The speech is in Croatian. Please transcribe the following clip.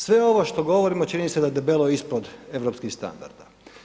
Sve ovo što govorimo čini se da je debelo ispod europskih standarda.